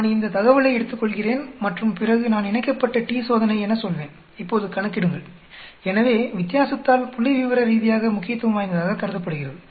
நான் இந்த தகவலை எடுத்துக்கொள்கிறேன் மற்றும் பிறகு நான் இணைக்கப்பட்ட t சோதனை என சொல்வேன் இப்போது கணக்கிடுங்கள் எனவே வித்தியாசத்தால் புள்ளிவிவர ரீதியாக முக்கியத்துவம் வாய்ந்ததாகக் கருதப்படுகிறது